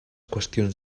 qüestions